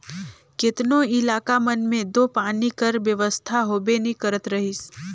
केतनो इलाका मन मे दो पानी कर बेवस्था होबे नी करत रहिस